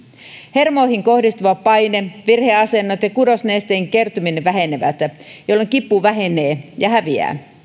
hermoihin kohdistuva paine virheasennot ja kudosnesteen kertyminen vähenevät jolloin kipu vähenee ja häviää